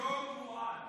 שור מועד.